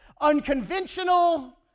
Unconventional